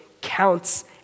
counts